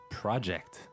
project